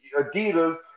Adidas